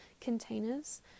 containers